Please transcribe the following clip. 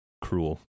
cruel